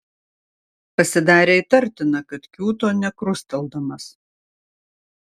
pasidarė įtartina kad kiūto nekrusteldamas